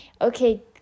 Okay